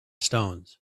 stones